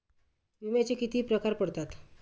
विम्याचे किती प्रकार पडतात?